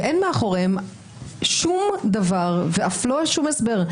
ואין מאחוריהם שום דבר ואף לא שום הסבר.